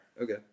Okay